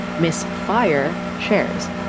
miss fire shares.